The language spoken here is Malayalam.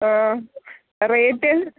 അഹ് റേറ്റ്